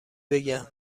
بگم